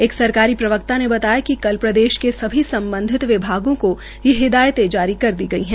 एक सरकारी प्रवक्ता ने बताया कि कल प्रदेश के सभी समबधित विभागों को ये हिदायते कर दी गई है